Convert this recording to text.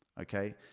Okay